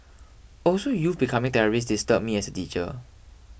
also youth becoming terrorists disturbs me as a teacher